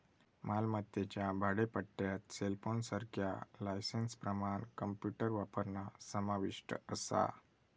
मालमत्तेच्या भाडेपट्ट्यात सेलफोनसारख्या लायसेंसप्रमाण कॉम्प्युटर वापरणा समाविष्ट असा